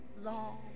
long